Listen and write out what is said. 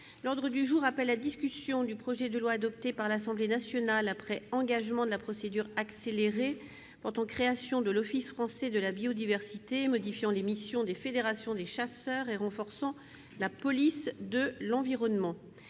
L'ordre du jour appelle la discussion du projet de loi, adopté par l'Assemblée nationale après engagement de la procédure accélérée, portant création de l'Office français de la biodiversité, modifiant les missions des fédérations des chasseurs et renforçant la police de l'environnement